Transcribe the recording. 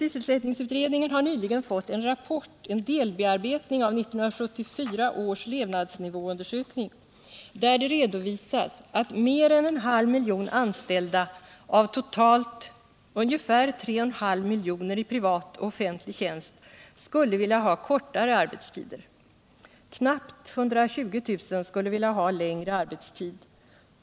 Sysselsättningsutredningen har nyligen fått en rapport, en delbearbetning av 1974 års levnadsnivåundersökning, där det redovisas att mer än en halv miljon anställda av totalt ungefär 3,5 miljoner i privat och offentlig tjänst skulle vilja ha kortare arbetstider. Knappt 120 000 skulle vilja ha längre arbetstid.